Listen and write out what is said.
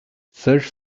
search